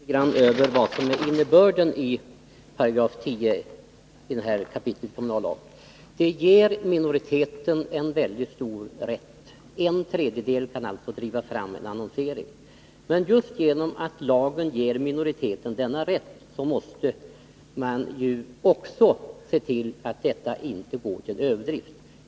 Herr talman! Jag ber Hans Petersson fundera litet grand över innebörden i 2 kap. 10 § kommunallagen. Den ger minoriteten en mycket stor rätt. En tredjedel av kommunfullmäktiges ledamöter kan alltså driva fram en annonsering. Men just genom att lagen ger minoriteten denna rätt måste man också se till att detta inte går till överdrift.